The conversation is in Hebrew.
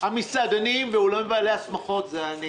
המסעדנים ואת בעלי אולמות השמחות זה אני.